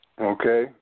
Okay